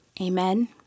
Amen